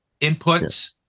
inputs